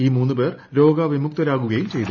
ഈ മൂന്ന് പേർ രോഗവിമുക്തരാകുകയും ചെയ്തു